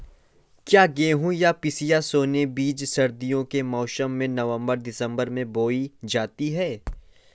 क्या गेहूँ या पिसिया सोना बीज सर्दियों के मौसम में नवम्बर दिसम्बर में बोई जाती है?